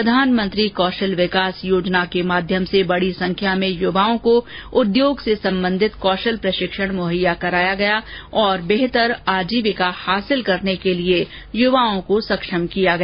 प्रधानमंत्री कौशल विकास योजना के माध्यम से बड़ी संख्या में युवाओं को उद्योग से संबंधित कौशल प्रशिक्षण मुहैयया कराया गया और बेहतर आजीविका हासिल करने के लिए युवाओं को सक्षम बनाया गया